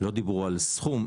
לא דיברו על סכום,